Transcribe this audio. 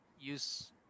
use